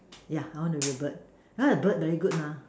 yeah I want to be a bird I find the bird very good mah